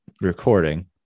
recording